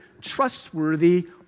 trustworthy